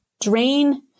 drain